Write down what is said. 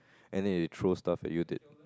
and then they throw stuff at you